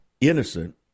Innocent